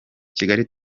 kigali